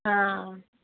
हा